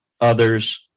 others